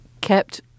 kept